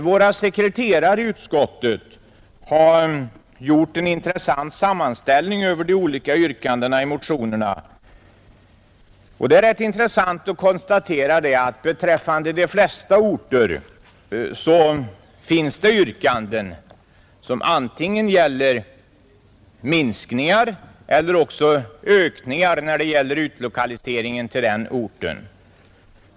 Våra sekreterare i utskottet har gjort en sammanställning över de olika yrkandena i motionerna, och det är rätt intressant att konstatera att beträffande de flesta orter finns det yrkanden som gäller antingen minskningar eller också ökningar av antalet utlokaliserade.